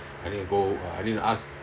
I need to go uh I need to ask